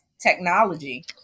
technology